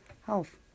health